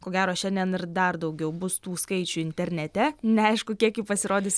ko gero šiandien ir dar daugiau bus tų skaičių internete neaišku kiek jų pasirodys